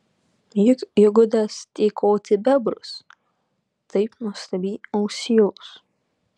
juk įgudęs tykoti bebrus taip nuostabiai ausylus